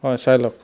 হয় চাই লওক